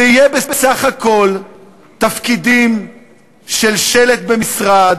זה יהיה בסך הכול תפקידים של שלט במשרד,